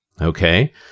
Okay